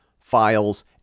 files